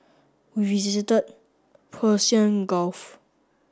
we visited Persian Gulf